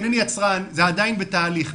אין יצרן, זה עדיין בתהליך.